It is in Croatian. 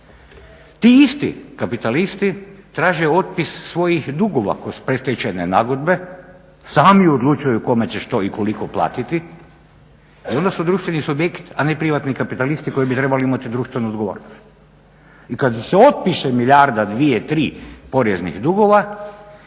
Ti isti kapitalisti traže otpis svojih dugova kroz predstačajne nagodbe, sami odlučuju kome će što i koliko platiti, oni su društveni subjekti, a ne privatni kapitalisti koji bi trebali imati društvenu odgovornost. I kada se otpiše milijarda, dvije, tri poreznih dugova,